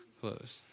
Close